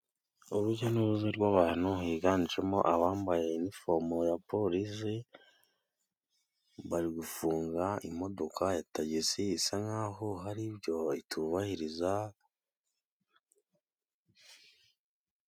Urujya n'uruza rw'abantu higanjemo abambaye infomo, ya polisi bari gufunga imodok,a ya tagisi isa nkaho hari ibyo itubahiriza.